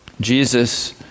Jesus